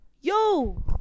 Yo